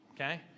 okay